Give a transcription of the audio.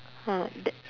mm that